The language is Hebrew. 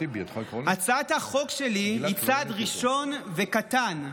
הצעת החוק שלי היא צעד ראשון וקטן,